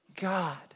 God